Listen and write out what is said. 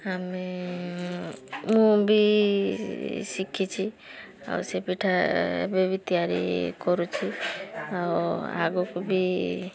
ଆମେ ମୁଁ ବି ଶିଖିଛି ଆଉ ସେ ପିଠା ଏବେ ବି ତିଆରି କରୁଛି ଆଉ ଆଗକୁ ବି